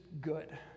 good